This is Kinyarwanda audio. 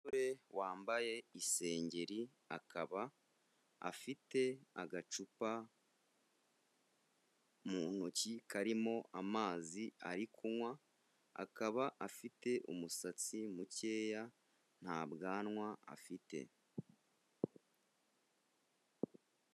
Umugore wambaye isengeri akaba afite agacupa mu ntoki karimo amazi ari kunywa, akaba afite umusatsi mukeya nta bwanwa afite.